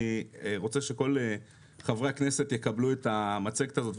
אני רוצה שכל חברי הכנסת יקבלו את המצגת הזאת,